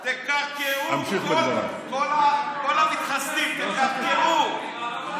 תקרקרו, כל המתחסדים, תקרקרו.